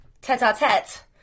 tete-a-tete